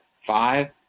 five